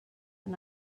and